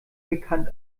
bekannt